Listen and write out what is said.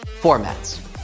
FORMATS